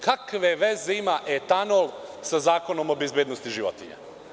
Kakve veze ima etanol sa Zakonom o bezbednosti životinja?